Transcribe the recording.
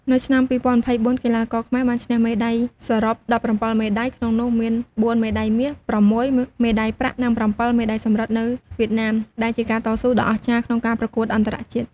នៅឆ្នាំ ២០២៤ កីឡាករខ្មែរបានឈ្នះមេដៃសរុប ១៧ មេដៃ ក្នុងនោះមាន ៤ មេដៃមាស, ៦ មេដៃប្រាក់ និង ៧ មេដៃសំរឹទ្ធ នៅវៀតណាម ដែលជាការតស៊ូដ៏អស្ចារ្យក្នុងការប្រកួតអន្តរជាតិ។